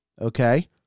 Okay